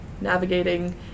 navigating